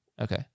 Okay